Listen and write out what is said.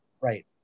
Right